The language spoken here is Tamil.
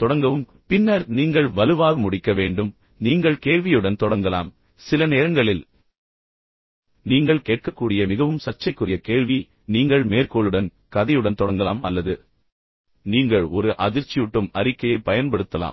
தொடங்கவும் பின்னர் நீங்கள் வலுவாக முடிக்க வேண்டும் நீங்கள் கேள்வியுடன் தொடங்கலாம் சில நேரங்களில் நீங்கள் கேட்கக்கூடிய மிகவும் சர்ச்சைக்குரிய கேள்வி நீங்கள் மேற்கோளுடன் கதையுடன் தொடங்கலாம் அல்லது நீங்கள் ஒரு அதிர்ச்சியூட்டும் அறிக்கையைப் பயன்படுத்தலாம்